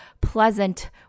pleasant